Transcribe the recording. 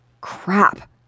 Crap